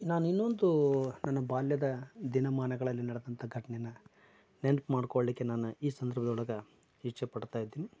ಇನ್ನೊಂದು ನನ್ನ ಬಾಲ್ಯದ ದಿನಮಾನಗಳಲ್ಲಿ ನಡೆದಂಥ ಘಟನೆನ ನೆನಪು ಮಾಡ್ಕೊಳ್ಳಲಿಕ್ಕೆ ನಾನು ಈ ಸಂದರ್ಭದೊಳಗ ಇಚ್ಛೆಪಡ್ತಾಯಿದ್ದೀನಿ